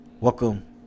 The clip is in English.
Welcome